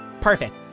perfect